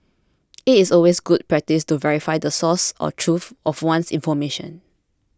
it is always good practice to verify the source or truth of one's information